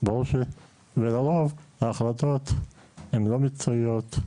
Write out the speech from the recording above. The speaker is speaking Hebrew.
ולרוב ההחלטות הן לא מקצועיות,